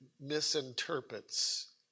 misinterprets